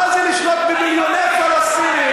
מה זה לשלוט במיליוני פלסטינים?